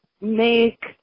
make